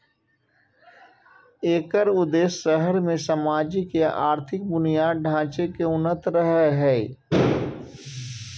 एकर उद्देश्य शहर मे सामाजिक आ आर्थिक बुनियादी ढांचे के उन्नयन रहै